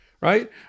right